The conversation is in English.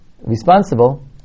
responsible